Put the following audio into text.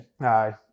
Aye